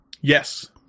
Yes